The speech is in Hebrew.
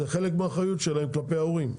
זה חלק מהאחריות שלהם כלפי ההורים,